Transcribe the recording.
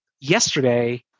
yesterday